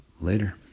Later